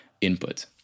input